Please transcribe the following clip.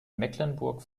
mecklenburg